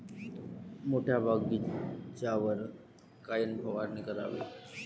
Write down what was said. मोठ्या बगीचावर कायन फवारनी करावी?